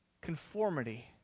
conformity